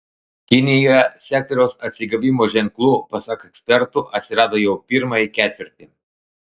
kinijoje sektoriaus atsigavimo ženklų pasak ekspertų atsirado jau pirmąjį ketvirtį